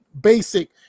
basic